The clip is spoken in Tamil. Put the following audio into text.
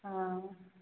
ஆ